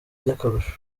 by’akarusho